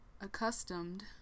accustomed